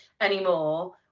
anymore